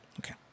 Okay